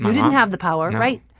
but didn't have the power. right.